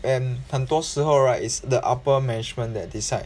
and 很多时候 right it's the upper management that decide